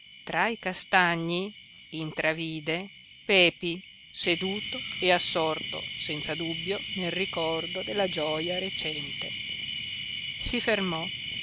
tra i castagni intravide pepi seduto e assorto senza dubbio nel ricordo della gioja recente si fermò